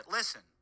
Listen